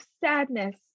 sadness